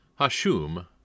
Hashum